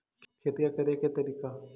खेतिया करेके के तारिका?